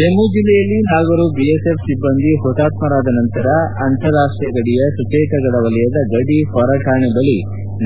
ಜಮ್ನು ಜಿಲ್ಲೆಯಲ್ಲಿ ನಾಲ್ವರು ಬಿಎಸ್ಎಫ್ ಸಿಬ್ಲಂದಿ ಹುತಾತ್ಸರಾದ ನಂತರ ಅಂತಾರಾಷ್ಷೀಯ ಗಡಿಯ ಸುಚೇತಗಢ ವಲಯದ ಗಡಿ ಹೊರಕಾಣೆ ಬಳಿ